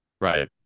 Right